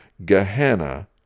Gehenna